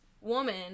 woman